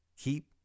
keep